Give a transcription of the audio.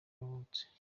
yavutse